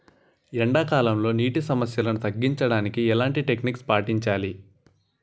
ఎండా కాలంలో, నీటి సమస్యలను తగ్గించడానికి ఎలాంటి టెక్నిక్ పాటించాలి?